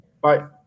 Bye